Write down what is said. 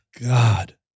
God